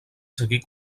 seguir